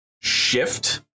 shift